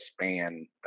span